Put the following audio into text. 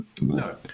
No